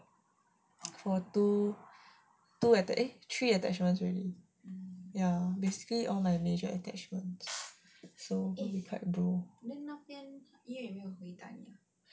for two two I think eh three attachments already ya basically all my major attachments so quite bro